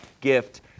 gift